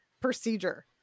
procedure